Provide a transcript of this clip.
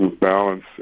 balance